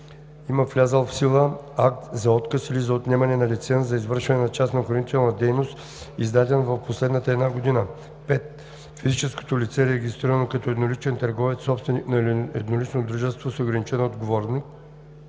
има влязъл в сила акт за отказ или за отнемане на лиценз за извършване на частна охранителна дейност, издаден в последната една година; 5. физическото лице, регистрирано като едноличен търговец, собственик на еднолично дружество с ограничена отговорност,